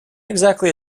exactly